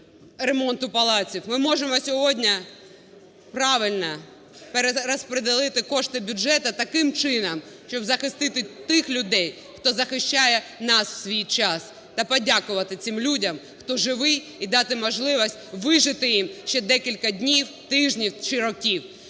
ремонтів палаців, ми можемо сьогодні правильно перерозподілити кошти бюджету, таким чином, щоб захистити тих людей, хто захищав нас в свій час та подякувати цим людям, хто живий, і дати можливість вижити їм ще декілька днів, тижнів чи років.